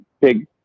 big